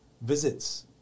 visits